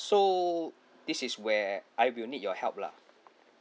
so this is where I will need your help lah